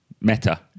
Meta